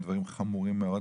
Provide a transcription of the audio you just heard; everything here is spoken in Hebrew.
דברים חמורים מאוד,